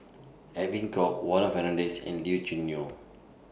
Edwin Koek Warren Fernandez and Lee Choo Neo